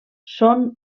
són